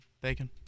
Bacon